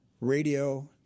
radio